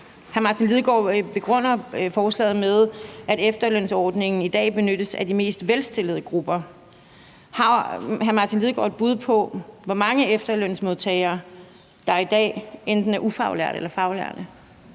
Hr. Martin Lidegaard begrunder forslaget med, at efterlønsordningen i dag benyttes af de mest velstillede grupper. Har hr. Martin Lidegaard et bud på, hvor mange efterlønsmodtagere der i dag enten er ufaglærte eller faglærte?